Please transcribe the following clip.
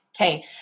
Okay